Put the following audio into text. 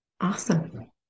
Awesome